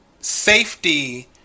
safety